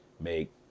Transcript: make